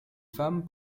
femmes